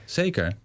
zeker